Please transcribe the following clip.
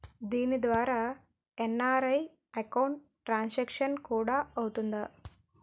దీని ద్వారా NRI account transaction కూడా అవుతుందా?